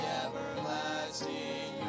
everlasting